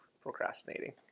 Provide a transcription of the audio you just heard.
procrastinating